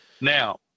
Now